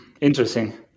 Interesting